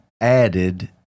added